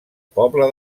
pobla